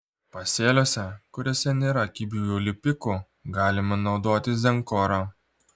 pasėliuose kuriuose nėra kibiųjų lipikų galima naudoti zenkorą